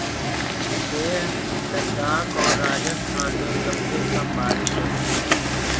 लेह लद्दाख और राजस्थान में सबसे कम बारिश होती है